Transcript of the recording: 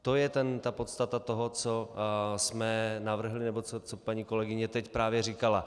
To je ta podstata toho, co jsme navrhli nebo co paní kolegyně teď právě říkala.